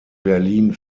berlin